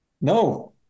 No